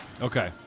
Okay